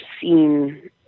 seen